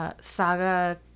Saga